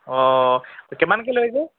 অঁ কিমানকৈ লয় যে